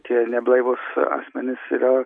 tie neblaivūs asmenys yra